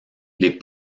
les